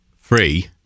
Free